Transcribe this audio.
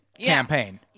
campaign